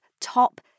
top